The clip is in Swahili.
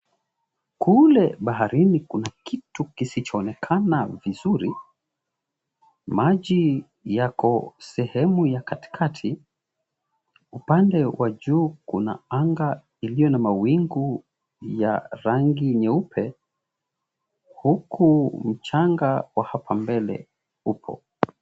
Kule baharini kuna kitu kisichoonekana vizuri. Maji yako sehemu ya katikati. Upande wa juu kuna anga iliyo na mawingu ya rangi nyeupe huku mchanga wa hapa mbele uko.